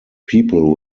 people